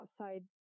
outside